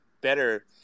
better